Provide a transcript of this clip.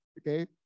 Okay